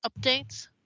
updates